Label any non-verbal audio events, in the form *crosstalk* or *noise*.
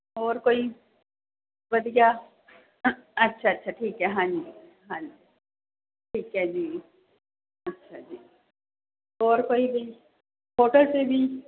ਹੋਰ ਕੋਈ ਵਧੀਆ ਅ ਅੱਛਾ ਅੱਛਾ ਠੀਕ ਹੈ ਹਾਂਜੀ ਹਾਂਜੀ ਠੀਕ ਹੈ ਜੀ ਅੱਛਾ ਜੀ ਹੋਰ ਕੋਈ ਜੀ *unintelligible*